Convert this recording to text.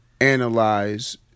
analyze